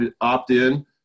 opt-in